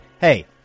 hey